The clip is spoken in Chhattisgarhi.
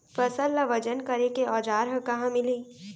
फसल ला वजन करे के औज़ार हा कहाँ मिलही?